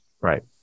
right